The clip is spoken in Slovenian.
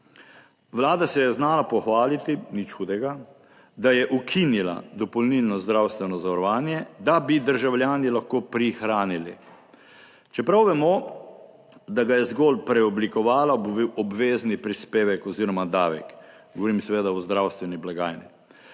Vlada se je znala pohvaliti, nič hudega, da je ukinila dopolnilno zdravstveno zavarovanje, da bi državljani lahko prihranili. Čeprav vemo, da ga je zgolj preoblikovala v obvezni prispevek oziroma davek, govorim seveda o zdravstveni blagajni.